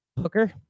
Hooker